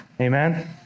Amen